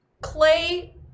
clay